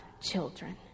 children